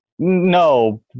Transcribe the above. No